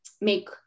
make